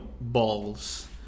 balls